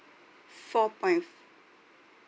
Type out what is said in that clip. four point